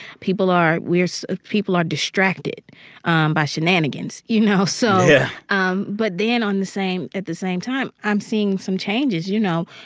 people are we're so ah people are distracted by shenanigans, you know? so. yeah um but then, on the same at the same time, i'm seeing some changes. you know,